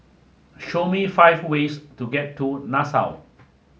show me five ways to get to Nassau